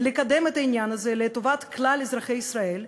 לקדם את העניין הזה לטובת כלל אזרחי ישראל,